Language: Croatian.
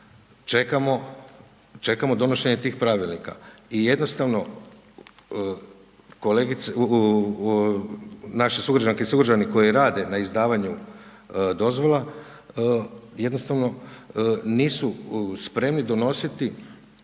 čekamo donošenje tih pravilnika i jednostavno, naši sugrađani i sugrađanke koji rade na izdavanju dozvola, jednostavno, nisu spremni donositi